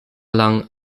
lang